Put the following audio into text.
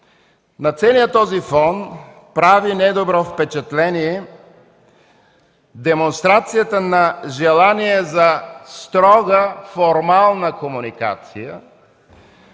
На целия този фон прави недобро впечатление демонстрацията на желание за строга, формална комуникация